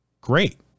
great